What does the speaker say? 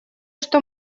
что